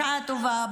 בשעה טובה,